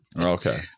okay